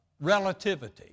relativity